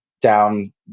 down